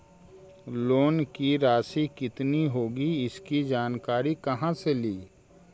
Loan की रासि कितनी होगी इसकी जानकारी कहा से ली?